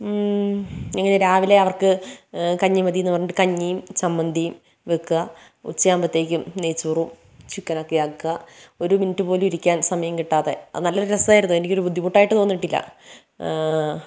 ഇങ്ങനെ രാവിലെ അവർക്ക് കഞ്ഞി മതിയെന്ന് പറഞ്ഞിട്ട് കഞ്ഞിയും ചമ്മന്തിയും വയ്ക്കുക ഉച്ച ആകുമ്പോഴേക്കും നെയ്യ്ച്ചോറും ചിക്കൻ ഒക്കെ ആക്കുക ഒരു മിനിറ്റ് പോലും ഇരിക്കാൻ സമയം കിട്ടാതെ അത് നല്ലൊരു രസമായിരുന്നു എനിക്കൊരു ബുദ്ധിമുട്ടായിട്ട് തോന്നിട്ടില്ല